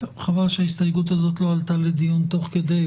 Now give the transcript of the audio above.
חבל שההסתייגות הזאת לא עלתה לדיון תוך כדי,